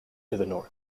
north